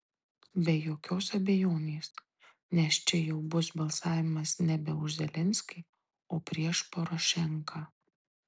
be jokios abejonės nes čia jau bus balsavimas nebe už zelenskį o prieš porošenką